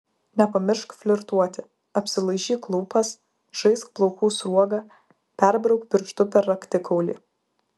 nepamiršk flirtuoti apsilaižyk lūpas žaisk plaukų sruoga perbrauk pirštu per raktikaulį